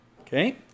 Okay